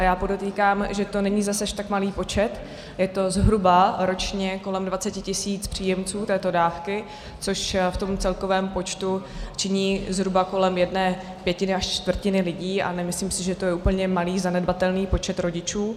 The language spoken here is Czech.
A já podotýkám, že to není zas až tak malý počet, je to zhruba ročně kolem 20 tisíc příjemců této dávky, což v celkovém počtu činí zhruba kolem jedné pětiny až čtvrtiny lidí, a nemyslím si, že to je úplně malý, zanedbatelný počet rodičů.